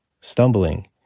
stumbling